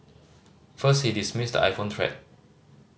first he dismissed the iPhone threat